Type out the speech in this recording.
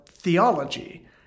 theology